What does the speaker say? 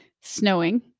snowing